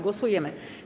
Głosujemy.